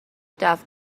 دفع